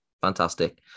fantastic